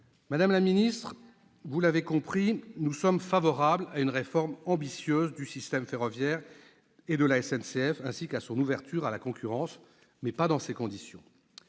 Madame la ministre, vous l'avez compris, nous sommes favorables à une réforme ambitieuse du système ferroviaire et de la SNCF, ainsi qu'à son ouverture à la concurrence, mais pas dans ces conditions.